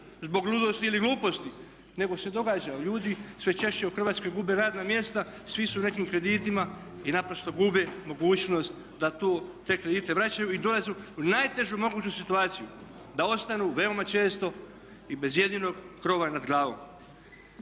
zbog ludosti ili gluposti nego se događa ljudi sve češće u Hrvatskoj gube radna mjesta, svi su u nekim kreditima i naprosto gube mogućnost da te kredite vraćaju i dolaze u najtežu moguću situaciju da ostanu veoma često i bez jedinog krova nad glavom.